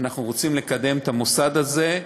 ואנחנו רוצים לקדם את המוסד הזה,